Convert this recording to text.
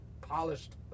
polished